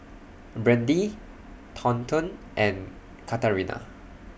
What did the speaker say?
Brandee Thornton and Katarina